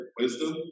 wisdom